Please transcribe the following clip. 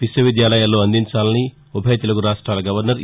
విశ్వవిద్యాలయాల్లో అందించాలని ఉభయ తెలుగు రాష్టాల గవర్నర్ ఇ